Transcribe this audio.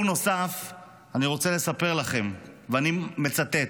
אני רוצה לספר לכם סיפור נוסף, ואני מצטט: